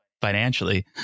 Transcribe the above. financially